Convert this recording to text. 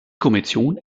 kommission